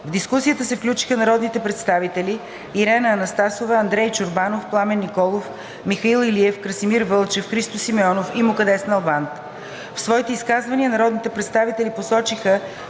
В дискусията се включиха народните представители Ирена Анастасова, Андрей Чорбанов, Пламен Николов, Михаил Илиев, Красимир Вълчев, Христо Симеонов и Мукаддес Налбант. В своите изказвания народните представители посочиха,